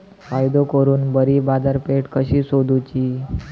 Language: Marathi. फायदो करून बरी बाजारपेठ कशी सोदुची?